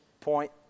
point